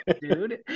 dude